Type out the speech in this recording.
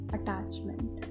attachment